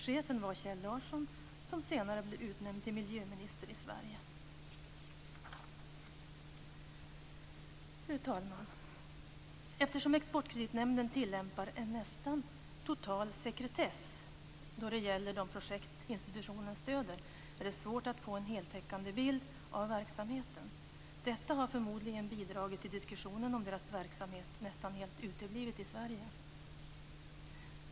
Chefen var Kjell Larsson som senare blev utnämnd till miljöminister i Sverige. Fru talman! Eftersom Exportkreditnämnden tilllämpar nästan total sekretess då det gäller de projekt som institutionen stöder är det svårt att få en heltäckande bild av verksamheten. Detta har förmodligen bidragit till att diskussionen om dess verksamhet nästan helt har uteblivit i Sverige.